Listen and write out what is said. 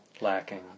lacking